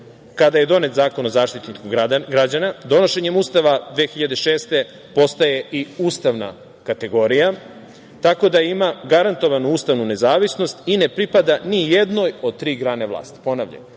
kada je donet Zakon o Zaštitniku građana. Donošenjem Ustava 2006. godine postaje i ustavna kategorija, tako da ima garantovanu ustavnu nezavisnost i ne pripada ni jednoj od tri grane vlasti.